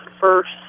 first